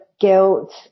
guilt